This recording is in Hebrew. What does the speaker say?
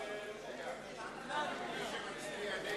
מי נמנע?